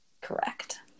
correct